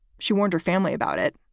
she warned her family about it,